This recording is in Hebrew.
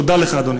תודה לך, אדוני.